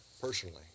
personally